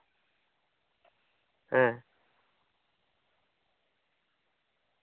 ᱦᱮᱸ